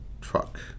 truck